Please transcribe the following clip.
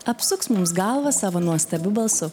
apsuks mums galvą savo nuostabiu balsu